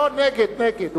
נגד מגלי